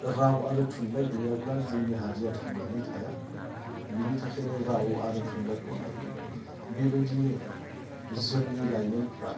राव आरो थुनलाइ गैयाब्ला जोंनि हारिया थांनानै थाया बिनि थाखायनो राव आरो थुनलाइखौ नांगौ बेबायदिनो जोंनि लाइमोनफ्रा